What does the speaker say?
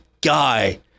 guy